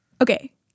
Okay